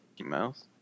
mouse